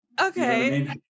Okay